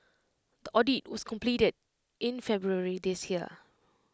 the audit was completed in February this year